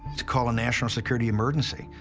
to call a national security emergency,